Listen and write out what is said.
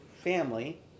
family